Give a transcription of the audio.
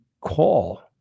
call